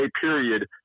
period